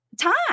time